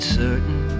certain